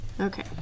Okay